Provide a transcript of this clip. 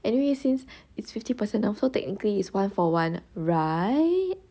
anyway since it's fifty percent off so technically is one for one right